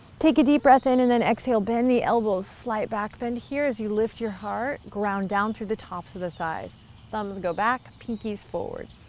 take a deep breath in and then exhale, bend the elbows slight back then here as you lift your heart, ground down through the tops of the thighs. thumbs go back, pinkies forward.